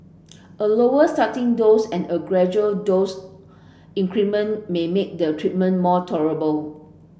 a lower starting dose and gradual dose increment may make the treatment more tolerable